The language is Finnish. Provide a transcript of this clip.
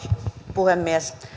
puhemies